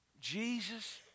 Jesus